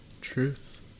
Truth